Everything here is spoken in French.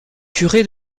curé